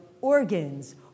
organs